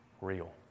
real